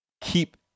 keep